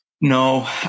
No